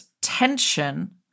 tension